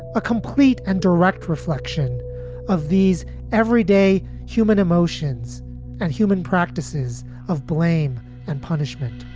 a complete and direct reflection of these everyday human emotions and human practices of blame and punishment